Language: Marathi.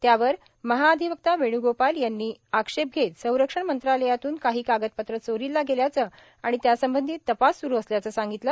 त्यावर महाधिवक्ता वेण् गोपाल यांनी त्यावर आक्षेप घेत संरक्षण मंत्रालयातून काही कागदपत्रं चोरीला गेल्याचं आणि त्यासंबंधी तपास सुरू असल्याचं सांगितलं